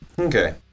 Okay